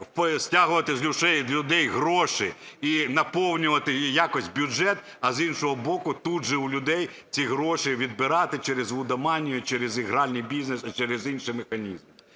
стягувати з людей гроші і наповнювати якось бюджет, а з іншого боку, тут же у людей ці гроші відбирати через лудоманію, через гральний бізнес і через інший механізм.